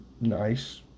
Nice